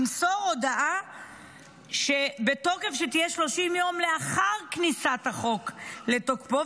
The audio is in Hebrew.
למסור הודעה בתקופה של 30 יום לאחר כניסת החוק לתוקפו,